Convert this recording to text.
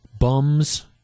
bums